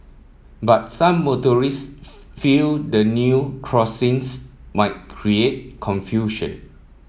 but some motorists feel the new crossings might create confusion